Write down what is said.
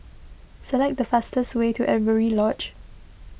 select the fastest way to Avery Lodge